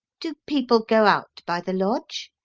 do people go out by the lodge?